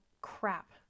crap